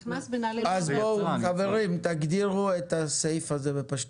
אז בואו חברים, תגדירו את הסעיף הזה בפשטות.